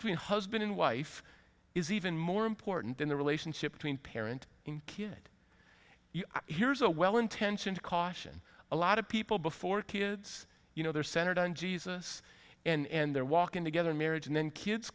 in husband and wife is even more important than the relationship between parent and kid here's a well intentioned caution a lot of people before kids you know they're centered on jesus and they're walking together in marriage and then kids